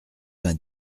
vingt